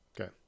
Okay